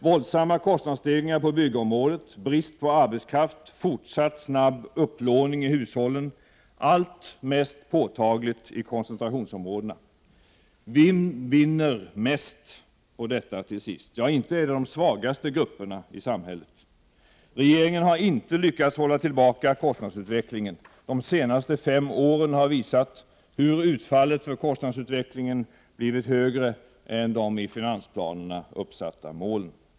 Våldsamma kostnadsstegringar på byggområdet, brist på arbetskraft, fortsatt snabb upplåning i hushållen. Allt detta är mest påtagligt i koncentrationsområdena. Vem vinner mest på detta till sist? Ja, inte är det de svagaste grupperna i samhället! Regeringen har inte lyckats att hålla tillbaka kostnadsutvecklingen. De senaste fem åren har visat hur utfallet för kostnadsutvecklingen blivit högre än de i finansplanerna uppsatta målen.